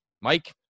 Mike